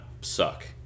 suck